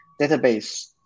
database